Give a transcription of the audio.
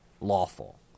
Lawful